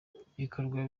bigakorwa